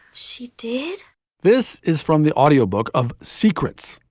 she did this is from the audio book of secrets.